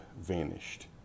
vanished